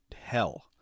hell